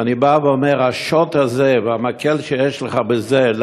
ואני אומר: השוט הזה והמקל שיש לך בזה הוא